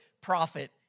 profit